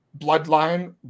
bloodline